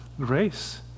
grace